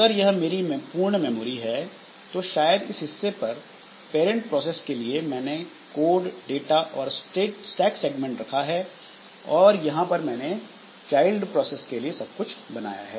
अगर यह मेरी पूर्ण मेमोरी है तो शायद इस हिस्से पर पैरेंट प्रोसेस के लिए मैंने कोड डाटा और स्टैक सेगमेंट रखा है और यहां पर मैंने चाइल्ड प्रोसेस के लिए सब कुछ बनाया है